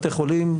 בתי חולים,